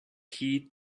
heat